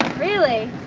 really?